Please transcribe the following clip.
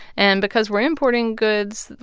and because we're importing goods,